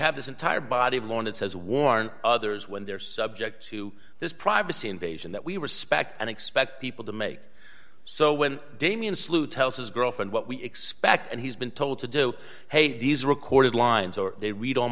have this entire body of law and it says warn others when they're subject to this privacy invasion that we respect and expect people to make so when damian sloot tells his girlfriend what we expect and he's been told to do hey these recorded lines or they read